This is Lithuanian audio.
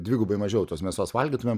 dvigubai mažiau tos mėsos valgytumėm